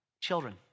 children